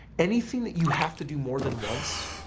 anything that you have to do more than once,